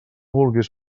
vulguis